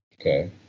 Okay